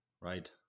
right